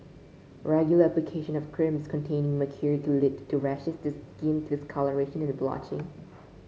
regular application of creams containing mercury could lead to rashes the skin discolouration and blotching